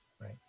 right